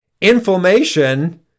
inflammation